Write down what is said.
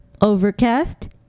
overcast